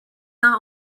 not